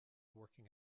working